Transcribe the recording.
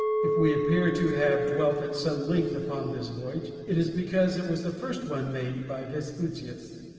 if we appear to have dwelt at some length upon this voyage, it is because it was the first one made by vespucius.